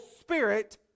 spirit